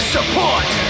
Support